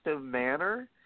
manner